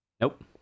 Nope